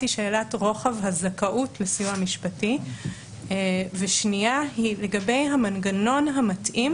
היא שאלת רוחב הזכאות לסיוע משפטי והשנייה היא לגבי המנגנון המתאים